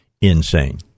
insane